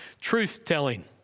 truth-telling